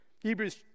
Hebrews